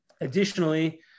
Additionally